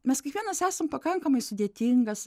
mes kiekvienas esam pakankamai sudėtingas